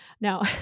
No